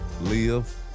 live